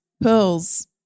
pearls